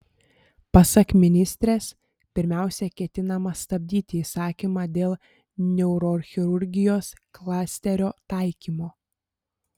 pasak ministrės pirmiausia ketinama stabdyti įsakymą dėl neurochirurgijos klasterio taikymo